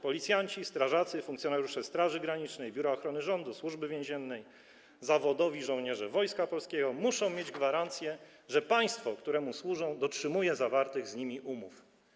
Policjanci, strażacy, funkcjonariusze Straży Granicznej, Biura Ochrony Rządu, Służby Więziennej, zawodowi żołnierze Wojska Polskiego muszą mieć gwarancję, że państwo, któremu służą, dotrzymuje zawartych z nimi umów.